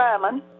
Simon